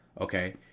okay